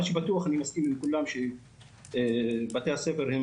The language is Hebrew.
מה שבטוח זה שאני מסכים עם כולם שבתי הספר הם